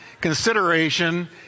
consideration